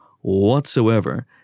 whatsoever